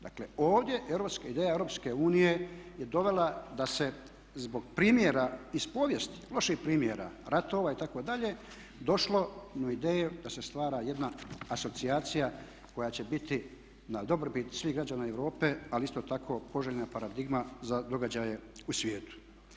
Dakle ovdje europska ideja Europske unije je dovela da se zbog primjera iz povijesti, loših primjera ratova itd., došlo na ideju da se stvara jedna asocijacija koja će biti na dobrobit svih građana Europe ali isto tako poželjna je paradigma za događaje u svijetu.